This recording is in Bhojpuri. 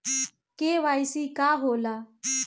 के.वाइ.सी का होला?